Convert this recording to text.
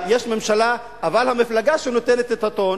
יש ממשלה, אבל המפלגה שנותנת את הטון